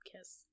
kiss